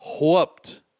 whooped